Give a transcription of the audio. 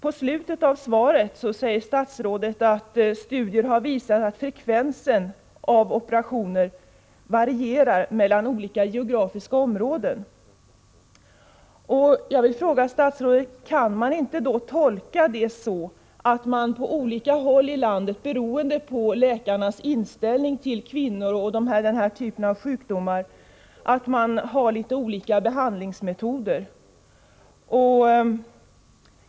I slutet av svaret säger statsrådet att studier har visat att frekvensen operationer varierar mellan olika geografiska områden. Jag vill fråga statsrådet: Kan inte det tolkas så, att man på olika håll i landet, beroende på läkarnas inställning till kvinnor och denna typ av sjukdomar, har olika behandlingsmetoder?